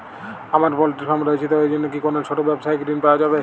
আমার poultry farm রয়েছে তো এর জন্য কি কোনো ছোটো ব্যাবসায়িক ঋণ পাওয়া যাবে?